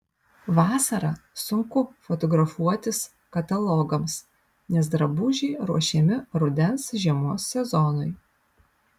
vasarą sunku fotografuotis katalogams nes drabužiai ruošiami rudens žiemos sezonui